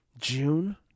June